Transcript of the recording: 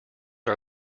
are